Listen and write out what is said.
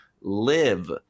live